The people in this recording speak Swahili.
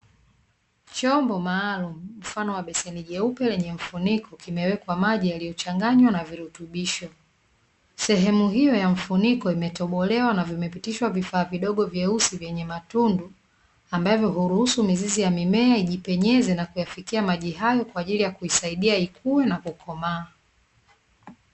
Chombo maalumu mfano wa beseni jeupe lenye mfuniko, kimewekwa maji yaliyochanganywa na virutubisho, sehemu hiyo ya mfuniko imetobolewa na imepitishwa vifaa vidogo vyeusi vyenye matundu ambavyo huruhusu mizizi ya mimea ijipenyeze na kuyafikia maji hayo kwa ajjili ya kuisaidia ikue na kukomaa.